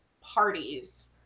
parties